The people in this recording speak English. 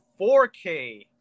4K